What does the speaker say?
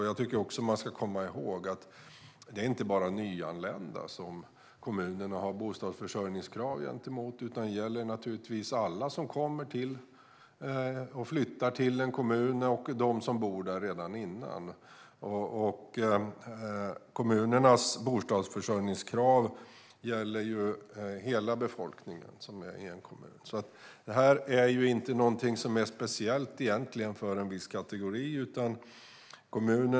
Jag tycker också att man ska komma ihåg att det inte bara är nyanlända som kommunerna har bostadsförsörjningskrav gentemot. Detta gäller naturligtvis alla som flyttar till en kommun och de som redan bor där. Kommunernas bostadsförsörjningskrav gäller hela befolkningen i en kommun. Detta är inte någonting som är speciellt för en viss kategori.